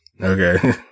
Okay